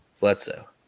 Bledsoe